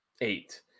Eight